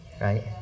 right